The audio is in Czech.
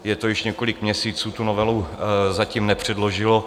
Je to již několik měsíců, tu novelu zatím nepředložilo.